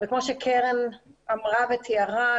כמו שקרן אמרה ותיארה,